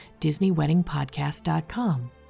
DisneyWeddingPodcast.com